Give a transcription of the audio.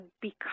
become